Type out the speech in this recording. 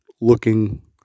looking